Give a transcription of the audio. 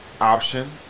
option